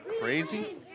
crazy